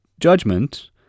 judgment